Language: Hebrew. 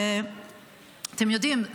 שאתם יודעים,